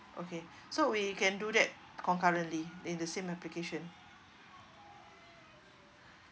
okay so we can do that concurrently in the same application